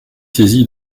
saisi